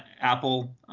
Apple